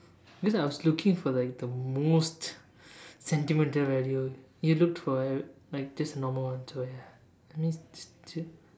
because I was looking for like the most sentimental value you looked for like just a normal one so ya I mean it's just